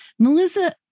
Melissa